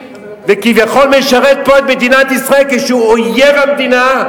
וכביכול משרת פה את מדינת ישראל כשהוא אויב המדינה?